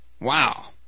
Wow